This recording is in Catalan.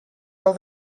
del